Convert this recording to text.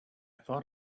thought